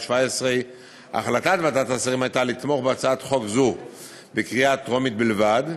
2017. החלטת ועדת השרים הייתה לתמוך בהצעת חוק זו בקריאה טרומית בלבד,